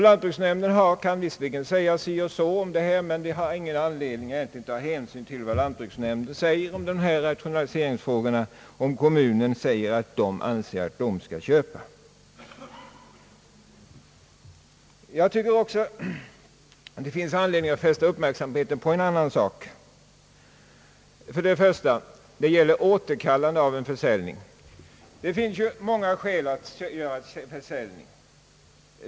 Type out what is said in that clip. Lantbruksnämnden kan = visserligen framföra sin åsikt, men ingenting säger att hänsyn skall tas därtill, om kommunen anser att den bör köpa marken. Det finns också anledning att fästa uppmärksamheten på en annan sak, som gäller återkallande av en försäljning. Det kan finnas många skäl till en försäljning.